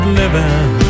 living